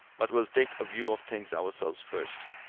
but we'll take a view of things ourselves, first.